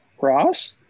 Ross